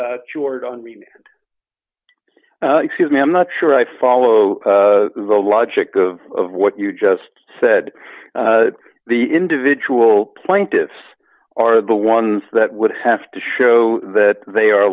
short on reason excuse me i'm not sure i follow the logic of what you just said the individual plaintiffs are the ones that would have to show that they are